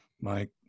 Mike